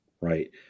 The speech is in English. right